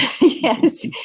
yes